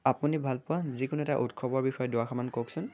আপুনি ভালপোৱা যিকোনো এটা উৎসৱৰ বিষয়ে দুআষাৰমান কওকচোন